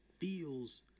feels